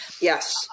yes